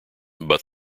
but